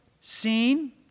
Seen